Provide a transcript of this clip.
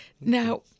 Now-